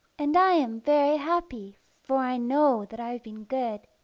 and i am very happy, for i know that i've been good.